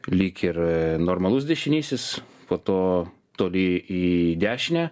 lyg ir normalus dešinysis po to toli į dešinę